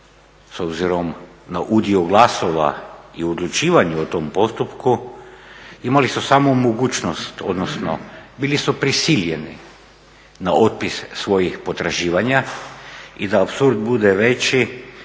s obzirom na udio glasova i uključivanje u tom postupku imali su samo mogućnost odnosno bili su prisiljeni na otpis svojih potraživanja, i da apsurd bude veći